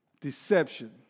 Deception